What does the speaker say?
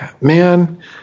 Man